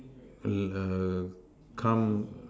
err come